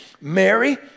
Mary